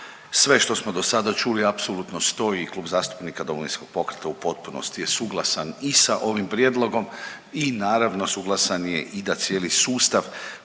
sve što smo dosada čuli apsolutno stoji i Klub zastupnika Domovinskog pokreta u potpunosti je suglasan i sa ovim prijedlogom i naravno suglasan je i da cijeli sustav